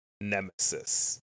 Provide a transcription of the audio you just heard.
Nemesis